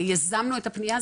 יזמנו את הפנייה,